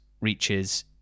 reaches